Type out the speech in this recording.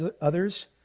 others